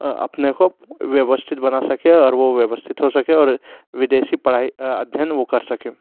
अपने को व्यवस्थित बना सके और वह व्यवस्थित हो सके और विदेशी पढ़ाई अध्ययन वह कर सके